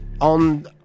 on